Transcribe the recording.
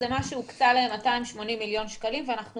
זה משהו שהוקצה לו בינתיים 280 מיליון שקלים ואנחנו